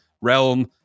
Realm